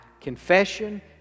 confession